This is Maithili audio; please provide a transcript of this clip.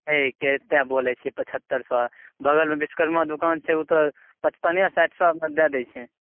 है कतै बोलै छियै पच्छतरि सए बगलमे बिस्कर्मा दोकान छै ओ तऽ पचपने साठि सएमे रऽ दए दै छै